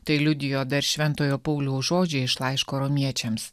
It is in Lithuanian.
tai liudijo dar šventojo pauliaus žodžiai iš laiško romiečiams